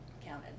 counted